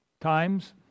times